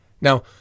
Now